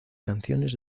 canciones